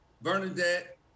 Bernadette